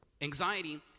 anxiety